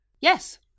Yes